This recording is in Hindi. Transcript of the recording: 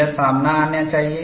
यह सामने आना चाहिए